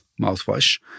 mouthwash